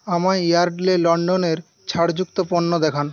আমায় ইয়ার্ডলে লন্ডনের ছাড়যুক্ত পণ্য দেখান